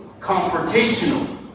confrontational